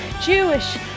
Jewish